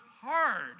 hard